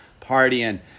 partying